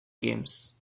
games